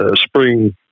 spring